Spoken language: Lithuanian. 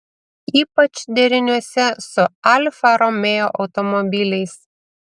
ypač deriniuose su alfa romeo automobiliais